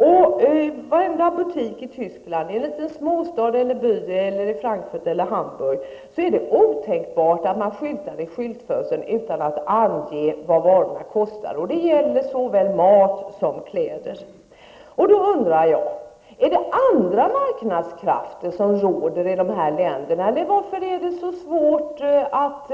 I varje butik i Tyskland, i en liten småstad eller by, i Hamburg eller i Frankfurt, är det otänkbart att visa varor i skyltfönstren utan att ange priset på dem. Det gäller såväl mat som kläder. Jag undrar om det är andra marknadskrafter som råder i dessa länder? Varför är det så svårt att